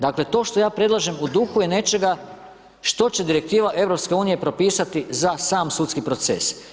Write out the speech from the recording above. Dakle, to što ja predlažem u duhu je nečega što će Direktiva EU propisati za sam sudski proces.